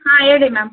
ಹಾಂ ಹೇಳಿ ಮ್ಯಾಮ್